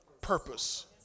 purpose